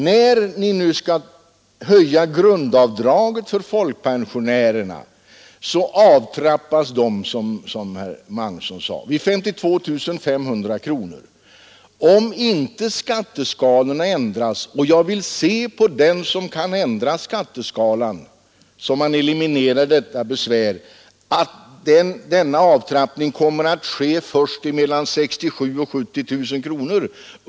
När ni nu skall höja grundavdraget för folkpensionärerna det avtrappas nu, såsom herr Magnusson sade, vid 52 500 kronor — skall då avtrappningen komma först mellan 67 000 och 70 000 kronor?